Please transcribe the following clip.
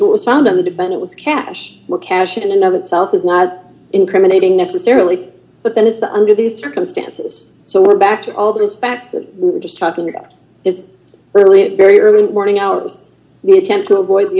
what was found on the defendant was cash the cash in another itself is not incriminating necessarily but that is the under these circumstances so we're back to all the respects that we were just talking about is early very early morning hours the attempt to avoid the